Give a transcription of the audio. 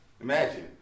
Imagine